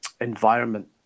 Environment